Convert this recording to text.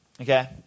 Okay